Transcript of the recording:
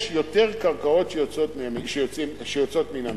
יש יותר קרקעות שיוצאות מן המינהל.